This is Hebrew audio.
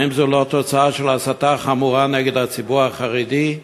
האם זו לא תוצאה של הסתה חמורה נגד הציבור החרדי?